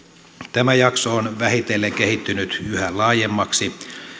tämä jakso on vähitellen kehittynyt yhä laajemmaksi